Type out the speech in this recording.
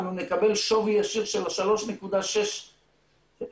אנו נקבל שווי ישיר של 3.6 שקלים,